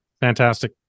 Fantastic